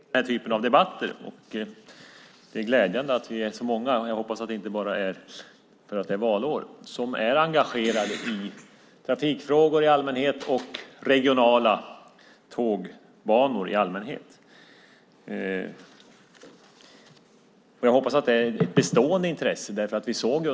Fru talman! Det är frestande för en ledamot i trafikutskottet att kasta sig in i den här typen av debatter. Det är glädjande att vi är så många som är engagerade i trafikfrågor i allmänhet och regionala tågbanor i synnerhet. Jag hoppas att det inte bara är för att det är valår. Jag hoppas att det är ett bestående intresse.